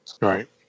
Right